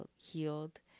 healed